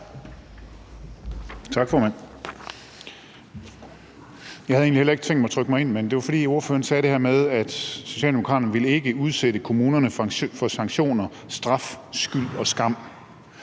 Tak, formand. Jeg havde egentlig heller ikke tænkt mig at trykke mig ind, men jeg gjorde det, fordi ordføreren sagde det her med, at Socialdemokraterne ikke ville udsætte kommunerne for sanktioner, straf, skyld og skam.